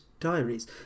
diaries